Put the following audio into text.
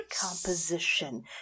composition